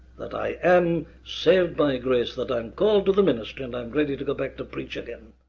that i am saved by grace, that i'm called to the ministry, and i'm ready to go back to preach again.